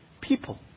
People